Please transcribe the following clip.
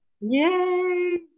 Yay